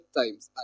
times